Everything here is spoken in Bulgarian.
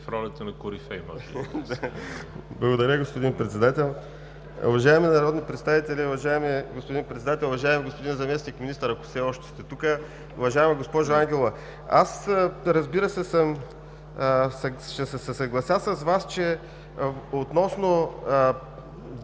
за България): Благодаря, господин Председател. Уважаеми народни представители, уважаеми господин Председател, уважаеми господни Заместник-министър, ако все още сте тук, уважаема госпожо Ангелова! Аз, разбира се, ще се съглася с Вас, че относно